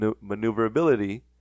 maneuverability